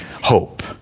hope